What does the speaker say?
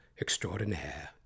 extraordinaire